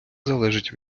залежить